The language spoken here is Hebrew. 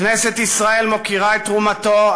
כנסת ישראל מוקירה את תרומתו,